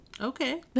Okay